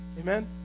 Amen